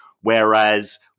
whereas